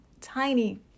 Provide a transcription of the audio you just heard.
tiny